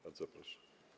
Bardzo proszę.